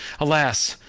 alas!